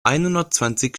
einhundertzwanzig